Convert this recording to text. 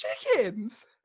Chickens